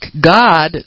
God